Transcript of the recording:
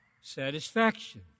satisfaction